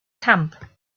camp